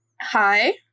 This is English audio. Hi